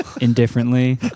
indifferently